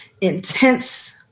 intense